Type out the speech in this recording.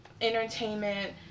entertainment